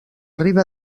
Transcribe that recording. riba